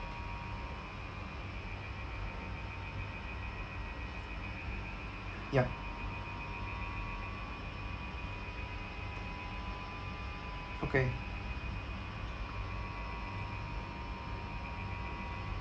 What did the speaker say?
ya okay